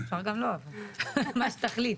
אפשר גם לא, אבל מה שתחליט.